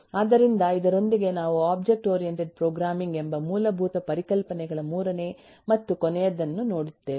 ಆದ್ದರಿಂದ ಇದರೊಂದಿಗೆ ನಾವು ಒಬ್ಜೆಕ್ಟ್ ಓರಿಯೆಂಟೆಡ್ ಪ್ರೋಗ್ರಾಮಿಂಗ್ ಎಂಬ ಮೂಲಭೂತ ಪರಿಕಲ್ಪನೆಗಳ ಮೂರನೇ ಮತ್ತು ಕೊನೆಯದನ್ನು ನೋಡುತ್ತೇವೆ